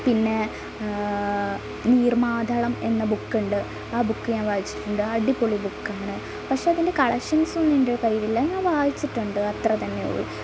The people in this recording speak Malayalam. പിന്നെ നീർമാധളം എന്ന ബുക്ക്ണ്ട് ആ ബുക്ക് ഞാൻ വായിച്ചിട്ട്ണ്ട് അടിപൊളി ബുക്കാണ് പക്ഷെ അതിൻ്റെ കളക്ഷൻസൊന്നും എൻ്റെ കയ്യിലില്ല ഞാൻ വായിച്ചിട്ടുണ്ട് അത്ര തന്നെ ഉള്ളു